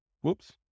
Whoops